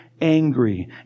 angry